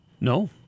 No